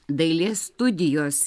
dailės studijos